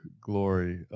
glory